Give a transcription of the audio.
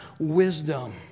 wisdom